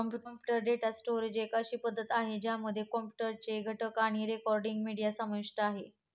computer data storage एक अशी पद्धती आहे, ज्यामध्ये कॉम्प्युटर चे घटक आणि रेकॉर्डिंग, मीडिया समाविष्ट आहे